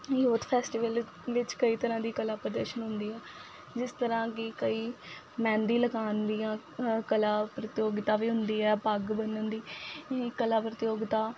youth festival ਵਿਚ ਕਈ ਤਰ੍ਹਾਂ ਦੀ ਕਲਾ ਪ੍ਰਦਰਸ਼ਨ ਹੁੰਦੀ ਹੈ ਜਿਸ ਤਰ੍ਹਾਂ ਕਿ ਕਈ ਮਹਿੰਦੀ ਲਗਾਉਣ ਦੀਆਂ ਕਲਾ ਪ੍ਰਤੀਯੋਗਤਾ ਵੀ ਹੁੰਦੀ ਹੈ ਪੱਗ ਬੰਨਣ ਦੀ ਇਹ ਕਲਾ ਪ੍ਰਤੀਯੋਗਤਾ